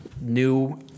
new